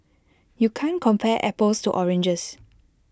you can't compare apples to oranges